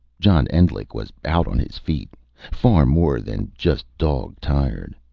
john endlich was out on his feet far more than just dog-tired.